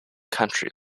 country